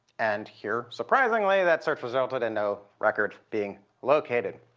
and here, surprisingly, that search resulted in no records being located.